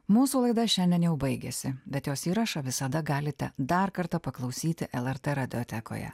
mūsų laida šiandien jau baigiasi bet jos įrašą visada galite dar kartą paklausyti lrt radiotekoje